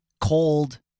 cold